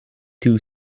two